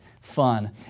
fun